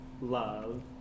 love